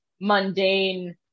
mundane